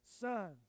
son